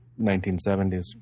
1970s